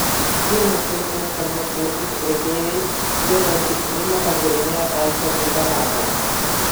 vilniaus vaistinėse buvo sulaikyti prekeiviai vietoj ampicilino pardavinėję kalcio gliukonatą